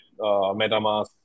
MetaMask